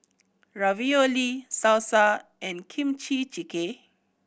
Ravioli Salsa and Kimchi Jjigae